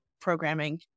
programming